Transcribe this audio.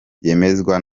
byemezwa